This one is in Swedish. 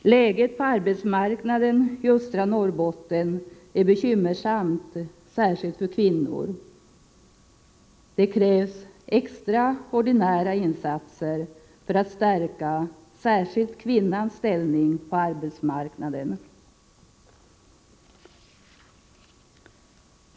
Läget på arbetsmarknaden i östra Norrbotten är bekymmersamt, särskilt för kvinnor. Det krävs extraordinära insatser för att stärka särskilt kvinnans ställning på arbetsmarknaden.